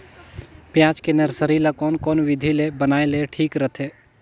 पियाज के नर्सरी ला कोन कोन विधि ले बनाय ले ठीक रथे?